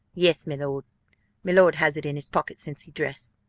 yes, milord milord has it in his pocket since he dress.